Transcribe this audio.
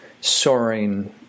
soaring